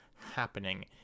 happening